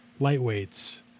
lightweights